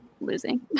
losing